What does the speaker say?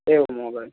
एवम् महोदय